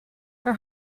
her